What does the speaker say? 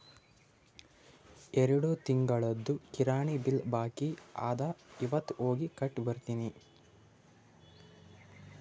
ಎರಡು ತಿಂಗುಳ್ದು ಕಿರಾಣಿ ಬಿಲ್ ಬಾಕಿ ಅದ ಇವತ್ ಹೋಗಿ ಕಟ್ಟಿ ಬರ್ತಿನಿ